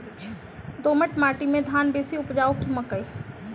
दोमट माटि मे धान बेसी उपजाउ की मकई?